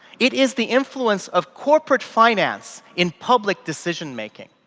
it is the influence of corporate finance in public decision making.